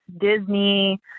Disney